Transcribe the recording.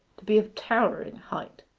to be of towering height.